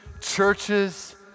churches